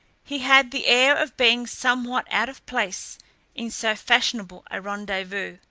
he had the air of being somewhat out of place in so fashionable a rendezvous.